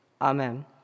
amen